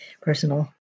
personal